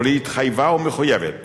אבל היא התחייבה ומחויבת